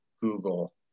Google